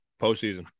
postseason